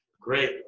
Great